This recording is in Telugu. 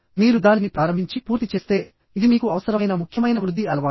మీరు దానిని ప్రారంభించి పూర్తి చేస్తే ఇది మీకు అవసరమైన ముఖ్యమైన వృద్ధి అలవాటు